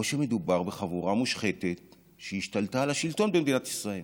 או שמדובר בחבורה מושחתת שהשתלטה על השלטון במדינת ישראל.